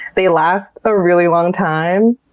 they last a really long time,